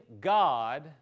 God